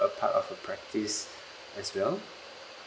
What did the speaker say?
a part of the practice as well